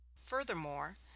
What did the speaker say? Furthermore